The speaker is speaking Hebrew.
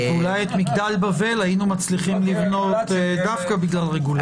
ואולי את מגדל בבל היינו מצליחים לבנות דווקא בגלל רגולציה.